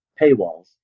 paywalls